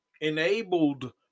Enabled